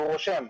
הוא רושם: